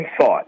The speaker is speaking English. thought